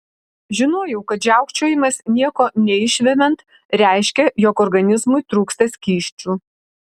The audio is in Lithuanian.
žinojau kad žiaukčiojimas nieko neišvemiant reiškia jog organizmui trūksta skysčių